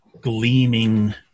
gleaming